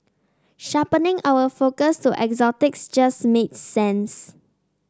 sharpening our focus to exotics just made sense